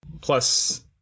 plus